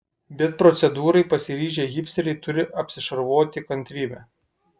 bet procedūrai pasiryžę hipsteriai turi apsišarvuoti kantrybe